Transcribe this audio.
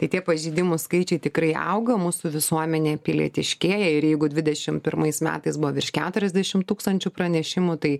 tai tie pažeidimų skaičiai tikrai auga mūsų visuomenė pilietiškėja ir jeigu dvidešimt pirmais metais buvo virš keturiasdešim tūkstančių pranešimų tai